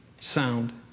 sound